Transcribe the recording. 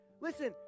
Listen